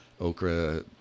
Okra